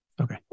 okay